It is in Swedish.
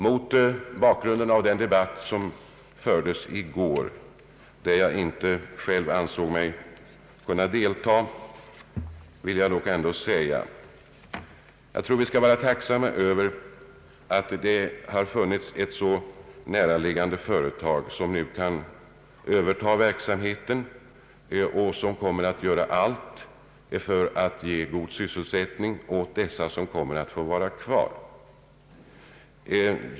Mot bakgrund av den debatt som fördes i går, där jag inte själv ansåg mig kunna delta, vill jag ändå säga: Jag tror att vi skall vara tacksamma över att det har funnits ett så näraliggande företag som nu kan överta verksamheten och kommer att göra allt för att ge god sysselsättning åt dem som får vara kvar.